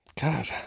God